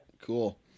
cool